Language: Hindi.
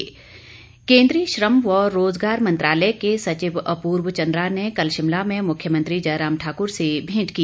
केंद्रीय सचिव केन्द्रीय श्रम व रोजगार मंत्रालय के सचिव अपूर्व चन्द्रा ने कल शिमला में मुख्यमंत्री जयराम ठाक्र से भेंट की